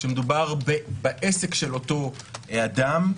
כשמדובר בעסק של אותו אדם.